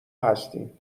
هستین